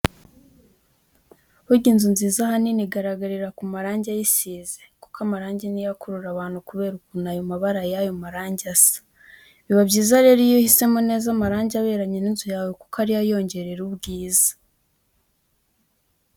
Burya inzu nziza ahanini igaragarira ku marangi ayisize, kuko amarangi ni yo akurura abantu kubera ukuntu ayo mabara yayo marangi asa. Biba byiza rero iyo uhisemo neza amarangi aberanye n'inzu yawe kuko ari yo ayongerera ubwiza.